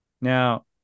Now